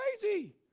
crazy